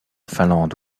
finlande